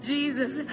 Jesus